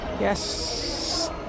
Yes